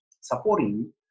supporting